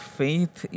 faith